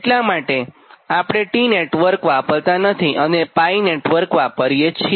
એટલા માટે આપણે T નેટવર્ક વાપરતાં નથી અને નેટવર્ક વાપરીએ છીએ